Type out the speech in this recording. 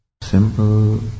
simple